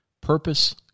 purpose